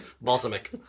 balsamic